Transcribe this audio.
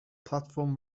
platform